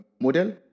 model